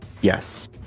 Yes